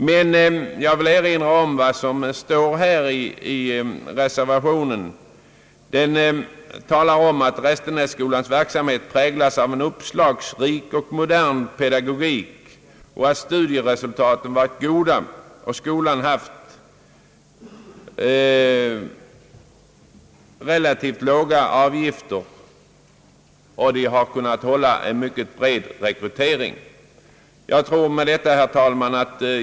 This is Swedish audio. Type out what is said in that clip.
Men jag vill erinra om vad som står i reservationen. Där talar man om att Restenässkolans verksamhet »präglas av en uppslagsrik och modern pedagogik, att studieresultaten varit goda och att skolan haft och tack vare re lativt låga avgifter kunnat behålla en bred rekrytering«.